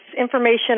information